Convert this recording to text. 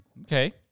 Okay